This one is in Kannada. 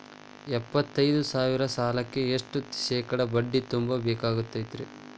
ಎಪ್ಪತ್ತೈದು ಸಾವಿರ ಸಾಲಕ್ಕ ಎಷ್ಟ ಶೇಕಡಾ ಬಡ್ಡಿ ತುಂಬ ಬೇಕಾಕ್ತೈತ್ರಿ?